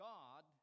God